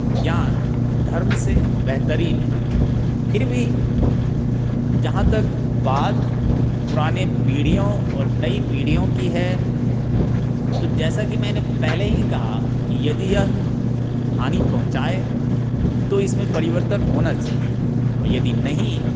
ज्ञान धर्म से बेहतरीन है फिर भी जहाँ तक बात पुराने पीढियों और नई पीढ़ियों की है तो जैसा कि मैंने पहले ही कहा कि यदि यह हानि पहुंचाए तो इसमें परिवर्तन होना चाहिए और यदि नहीं